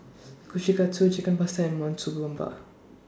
Kushikatsu Chicken Pasta and Monsunabe